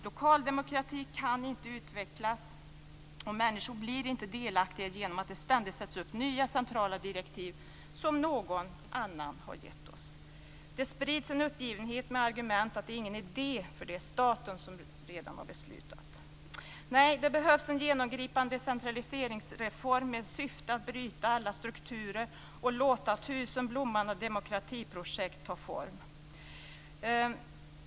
Lokal demokrati kan inte utvecklas och människor blir inte delaktiga genom att det ständigt sätts upp nya centrala direktiv som någon annan har givit oss. Det sprids en uppgivenhet med argumentet att det inte är någon idé, därför att staten redan har beslutat. Det behövs en genomgripande decentraliseringsreform med syfte att bryta alla strukturer och låta tusen blommande demokratiprojekt ta form.